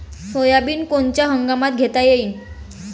Soybean कोनच्या हंगामात घेता येईन?